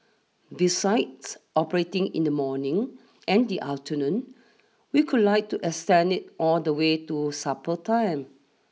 besides operating in the morning and the afternoon we could like to extend it all the way to supper time